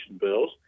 bills